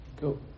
Go